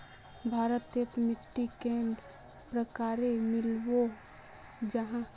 भारत तोत मिट्टी कैडा प्रकारेर मिलोहो जाहा?